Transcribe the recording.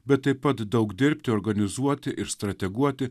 bet taip pat daug dirbti organizuoti ir strateguoti